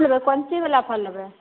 फिरो कोन चीज बला फल लेबै